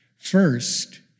First